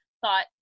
thought